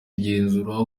igenzura